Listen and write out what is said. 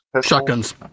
shotguns